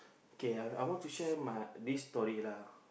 okay I I want to share my this story lah